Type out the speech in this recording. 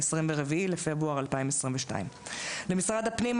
ה-24 בפברואר 2022. למשרד הפנים,